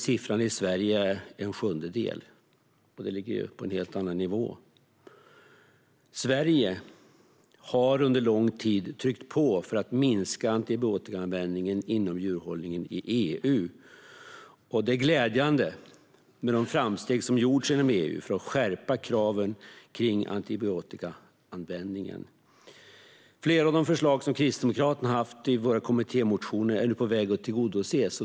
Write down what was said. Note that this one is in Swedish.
Siffran i Sverige är en sjundedel. Den ligger alltså på en helt annan nivå. Sverige har under lång tid tryckt på för att minska antibiotikaanvändningen inom djurhållningen i EU. Det är glädjande med de framsteg som har gjorts inom EU för att skärpa kraven när det gäller antibiotikaanvändning. Flera av de förslag som vi kristdemokrater har haft i våra kommittémotioner är nu på väg att tillgodoses.